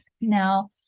now